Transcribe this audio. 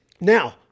now